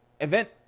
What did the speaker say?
event